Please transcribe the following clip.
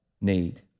need